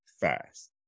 fast